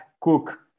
Cook